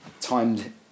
timed